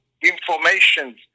information